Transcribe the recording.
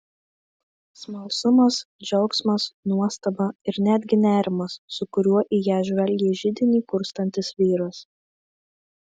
smalsumas džiaugsmas nuostaba ir netgi nerimas su kuriuo į ją žvelgė židinį kurstantis vyras